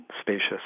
spacious